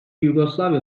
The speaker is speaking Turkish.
yugoslavya